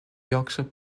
yorkshire